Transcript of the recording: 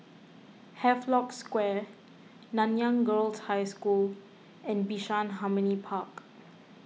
Havelock Square Nanyang Girls' High School and Bishan Harmony Park